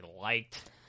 liked